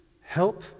Help